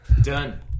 done